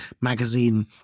magazine